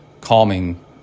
calming